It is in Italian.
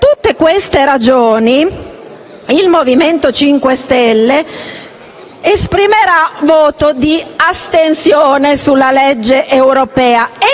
Per tutte queste ragioni, il Movimento 5 Stelle esprimerà un voto di astensione sulla legge europea.